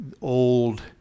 old